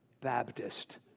Baptist